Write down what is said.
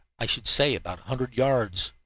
i should say about a hundred yards.